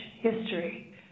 history